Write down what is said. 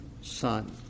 son